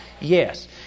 Yes